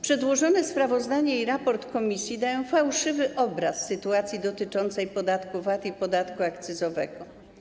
Przedłożone sprawozdanie i raport komisji dają fałszywy obraz sytuacji dotyczącej podatku VAT i podatku akcyzowego.